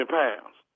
pounds